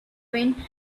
wind